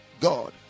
God